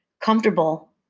Comfortable